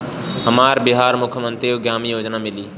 हमरा बिहार मुख्यमंत्री उद्यमी योजना मिली?